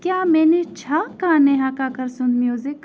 کیٛاہ مےٚ نِش چھا کانٛہہ نیہا کَکر سُنٛد میوٗزِک